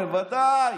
בוודאי,